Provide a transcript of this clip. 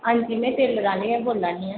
हां जी में टेलर आह्ली गै बोल्लै नी आं